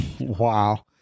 Wow